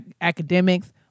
academics